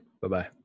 Bye-bye